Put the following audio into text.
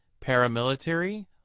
paramilitary